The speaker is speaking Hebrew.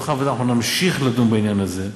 ובוועדה אנחנו נמשיך לדון בעניין הזה,